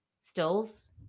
stills